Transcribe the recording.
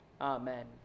Amen